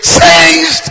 changed